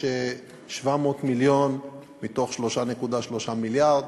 יש 700 מיליון מתוך 3.3 מיליארד,